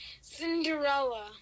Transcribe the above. cinderella